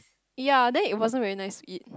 ya then it wasn't very nice to eat